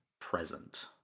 present